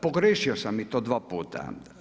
Pogriješio sa i to dva puta.